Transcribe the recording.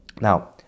now